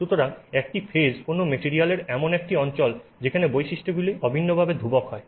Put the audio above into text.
সুতরাং একটি ফেজ কোনও ম্যাটেরিয়ালের এমন একটি অঞ্চল যেখানে বৈশিষ্ট্যগুলি অভিন্নভাবে ধ্রুবক হয়